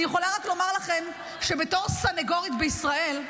אני יכולה רק לומר לכם שבתור סנגורית בישראל,